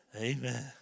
Amen